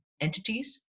entities